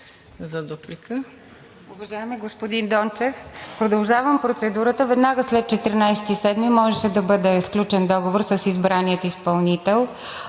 за дуплика.